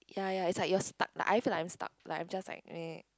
ya ya it's like you're stuck like I feel like I'm stuck like I'm just like